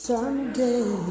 Someday